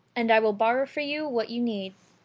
and i will borrow for you what you need.